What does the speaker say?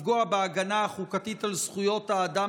לפגוע בהגנה החוקתית על זכויות האדם